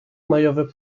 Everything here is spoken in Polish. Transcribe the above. majowy